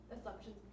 assumptions